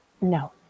No